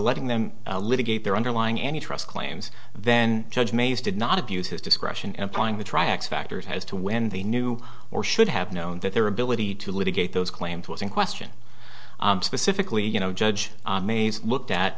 letting them a litigator underlying any trust claims then judge mays did not abuse his discretion in applying the tracks factors as to when they knew or should have known that their ability to litigate those claims was in question specifically you know judge mays looked at